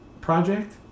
project